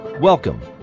Welcome